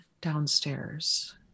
downstairs